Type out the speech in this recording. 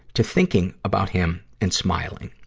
to thinking about him and smiling.